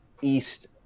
East